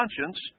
conscience